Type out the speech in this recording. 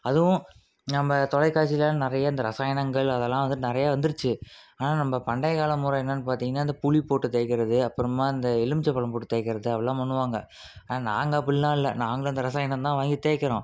அதுவும் நம்ப தொலைக்காட்சில நெறைய இந்த ரசாயனங்கள் அதெல்லாம் வந்துட்டு நெறையா வந்துருச்சு ஆனால் நம்ப பண்டைய கால முறை என்னன்னு பார்த்திங்கனா இந்த புளி போட்டு தேய்க்கிறது அப்புறமா இந்த எலுமிச்சப்பழம் போட்டு தேய்க்கிறது அப்படிலாம் பண்ணுவாங்க ஆனால் நாங்கள் அப்படிலாம் இல்லை நாங்களும் அந்த ரசாயனம் தான் வாங்கி தேய்க்கிறோம்